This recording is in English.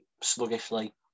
sluggishly